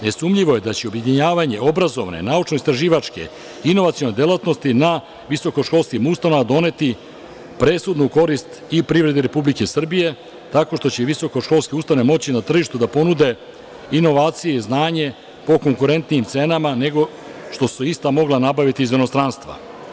Nesumnjivo je da će objedinjavanje obrazovane, naučno – istraživačke inovacione delatnosti na visokoškolskim ustanovama doneti presudu u korist i privrede Republike Srbije, tako što će visokoškolske ustanove moći na tržištu da ponude inovacije i znanje po konkurentnijim cenama nego što su se ista mogla nabaviti iz inostranstva.